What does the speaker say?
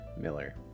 Miller